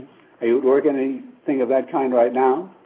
are you working any thing of that kind right now?